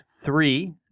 three